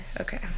okay